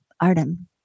Artem